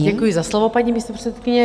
Děkuji za slovo, paní místopředsedkyně.